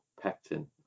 pectin